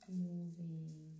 moving